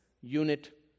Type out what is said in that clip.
unit